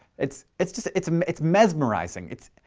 it's, it's just, it's, um it's mesmerizing. it's,